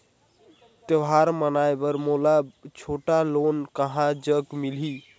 त्योहार मनाए बर मोला छोटा लोन कहां जग मिलही?